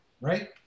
right